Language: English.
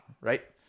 right